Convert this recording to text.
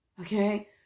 Okay